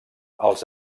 els